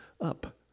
up